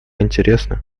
интересно